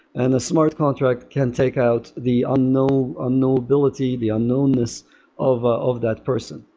and a smart contract can take out the unknown unknown ability, the unknownness of of that person.